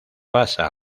pasa